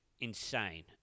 insane